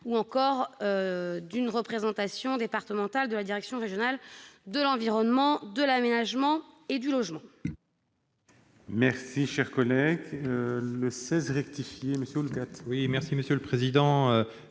ou encore à une représentation départementale de la direction régionale de l'environnement, de l'aménagement et du logement.